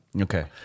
Okay